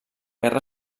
guerra